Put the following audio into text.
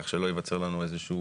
כך שלא ייווצר לנו איזה שהוא